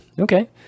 okay